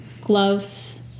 gloves